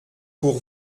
pour